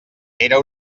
era